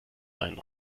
seinen